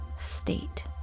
state